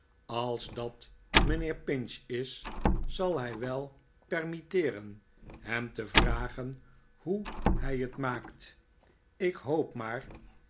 als dat mijnheer pinch is zal hij wel permitteeren hem te vragen hoe hij het maakt ik hoop maar